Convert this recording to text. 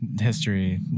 history